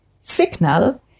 signal